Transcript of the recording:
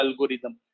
algorithm